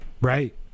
right